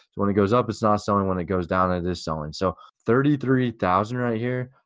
when it goes up it's not selling, when it goes down it is selling. so thirty three thousand right here,